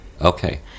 Okay